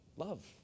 love